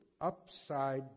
upside